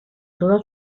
toda